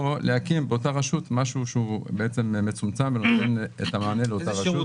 או להקים באותה רשות משהו שהוא מצומצם ונותן את המענה לאותה רשות.